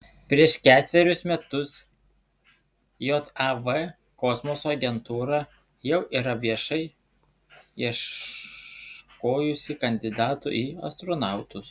prieš ketverius metus jav kosmoso agentūra jau yra viešai ieškojusi kandidatų į astronautus